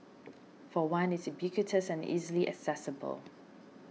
for one it's ubiquitous and easily accessible